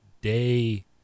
day